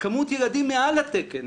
כמות ילדים מעל התקן.